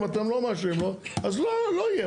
אם אתם לא מאשרים לו, אז לא, לא יהיה.